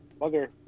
mother